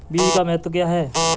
बीज का महत्व क्या है?